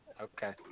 Okay